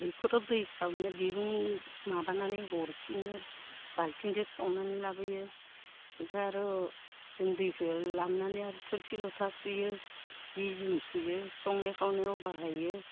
दैखराव दै खावनो दिरुं माबानानै हरफिनो बालथिंजो खावनानै लाबोयो इखो आर' जों दैखो लाबोनानै आरो थोरसि लथा सुयो जि जुम सुयो संनाय खावनायाव बाहायो